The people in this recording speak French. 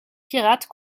pirates